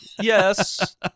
Yes